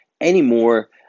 anymore